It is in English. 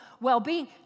well-being